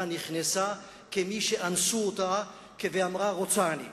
נכנסה כמי שאנסו אותה ואמרה: רוצה אני.